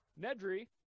Nedry